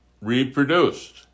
reproduced